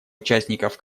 участников